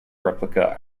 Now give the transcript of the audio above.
replica